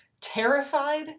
Terrified